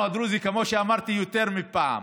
אנחנו, הדרוזים, כמו שאמרתי יותר מפעם: